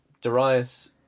Darius